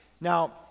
Now